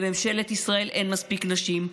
בממשלת ישראל אין מספיק נשים,